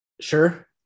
Sure